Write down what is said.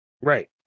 Right